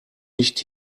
nicht